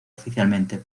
oficialmente